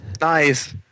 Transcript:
Nice